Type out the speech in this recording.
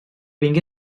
vingué